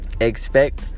expect